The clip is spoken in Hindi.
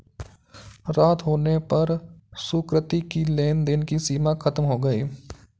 रात होने पर सुकृति की लेन देन की सीमा खत्म हो गई